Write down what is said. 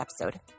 episode